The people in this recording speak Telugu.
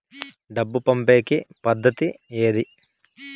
డబ్బు పంపేకి పద్దతి ఏది